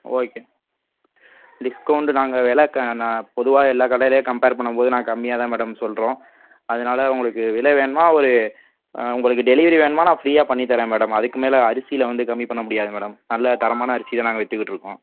okay discount நாங்கள் வெலை க நா பொதுவாக எல்லா கடையிலே கம்பேர் பண்ணும்போது நான் கம்மியாக தான் மேடம் சொல்கிறோம் அதனால் உங்களுக்கு விலை வேணுமா ஒரு உங்களுக்கு டெலிவரி வேணுமா நான் ஃப்ரீயாக பண்ணித் தர்றேன் மேடம் அதுக்கு மேலே அரிசியில் வந்து கம்மி பண்ண முடியாது மேடம் நல்ல தரமான அரிசியை நாங்கள் விற்றுக்கிட்டுருக்கோம்